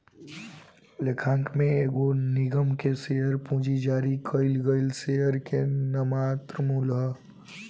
लेखांकन में एगो निगम के शेयर पूंजी जारी कईल गईल शेयर के नाममात्र मूल्य ह